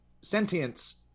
sentience